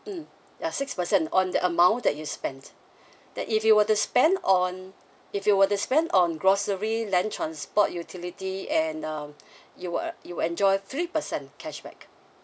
mm ya six percent on the amount that you spent then if you were to spend on if you were to spend on grocery land transport utility and um you uh you enjoy three percent cashback